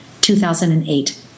2008